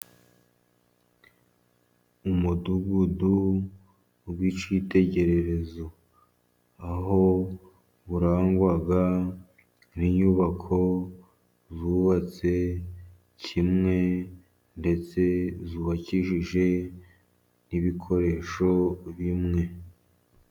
Umudugudu w'icyitegererezo, aho urangwa n'inyubako zubatse kimwe, ndetse zubakishijwe n'ibikoresho bimwe.